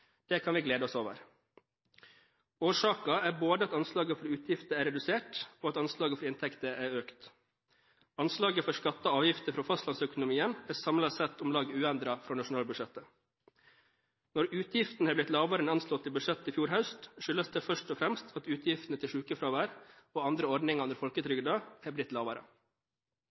Det kan vi glede oss over. Årsaken er både at anslaget for utgifter er redusert, og at anslaget for inntekter er økt. Anslaget for skatter og avgifter fra fastlandsøkonomien er samlet sett om lag uendret fra nasjonalbudsjettet. Når utgiftene har blitt lavere enn anslått i budsjettet i fjor høst, skyldes det først og fremst at utgiftene til sykefravær og andre ordninger under folketrygden har blitt lavere.